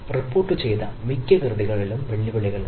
റിപ്പോർട്ടുചെയ്ത മിക്ക കൃതികളിലും വെല്ലുവിളികൾ ഉണ്ട്